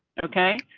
okay,